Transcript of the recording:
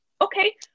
Okay